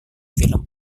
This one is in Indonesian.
film